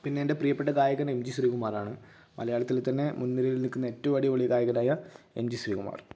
പിന്നേ എൻ്റെ പ്രിയപ്പെട്ട ഗായകൻ എം ജി ശ്രീകുമാറാണ് മലയാളത്തിൽ തന്നെ മുൻനിരയിൽ നിൽക്കുന്ന ഏറ്റവും അടിപൊളി ഗായകനായ എം ജി ശ്രീകുമാർ